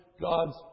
God's